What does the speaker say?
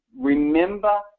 remember